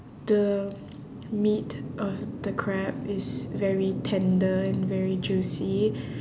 the meat of the crab is very tender and very juicy